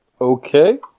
Okay